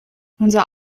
unser